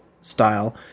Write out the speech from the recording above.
style